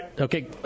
Okay